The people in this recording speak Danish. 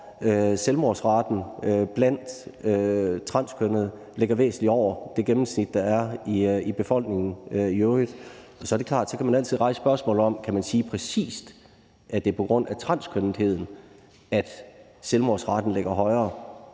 selvmordsraten blandt transkønnede ligger væsentligt over det gennemsnit, der er i befolkningen i øvrigt. Det er klart, at så kan man altid rejse spørgsmål om, om man præcis kan sige, at det er på grund af transkønnetheden, at selvmordsraten ligger højere.